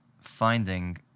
finding